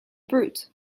brute